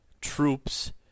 troops